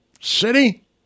city